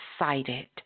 excited